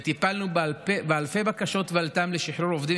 וטיפלנו באלפי בקשות ולת"ם לשחרור עובדים